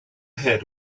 had